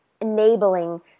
enabling